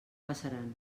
passaran